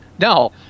No